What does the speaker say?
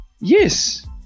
Yes